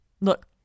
Look